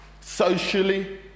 socially